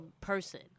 person